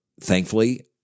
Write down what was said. thankfully